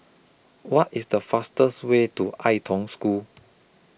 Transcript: What IS The fastest Way to Ai Tong School